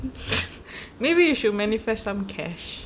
maybe you should manifest some cash